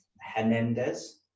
Hernandez